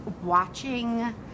watching